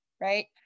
right